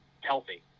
healthy